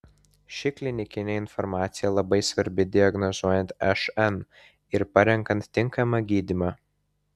ši klinikinė informacija labai svarbi diagnozuojant šn ir parenkant tinkamą gydymą